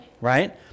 right